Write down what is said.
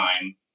time